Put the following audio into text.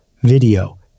video